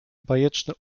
bajeczne